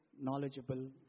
knowledgeable